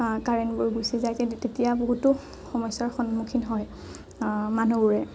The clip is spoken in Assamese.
কাৰেণ্টবোৰ গুচি যায় তেতিয়া বহুতো সমস্যাৰ সন্মুখীন নহয় মানুহবোৰে